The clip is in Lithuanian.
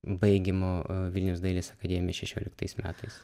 baigimo vilniaus dailės akademiją šešioliktais metais